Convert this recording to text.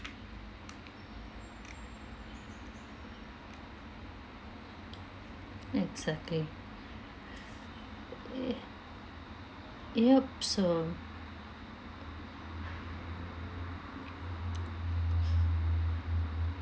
next okay eh yup so